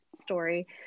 story